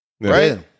Right